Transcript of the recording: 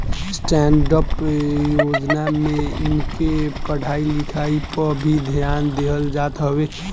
stand up योजना में इनके पढ़ाई लिखाई पअ भी ध्यान देहल जात हवे